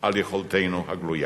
על יכולתנו הגלויה.